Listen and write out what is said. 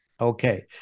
Okay